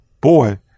boy